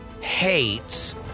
hates